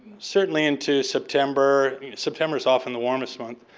certainly into september. september is often the warmest month.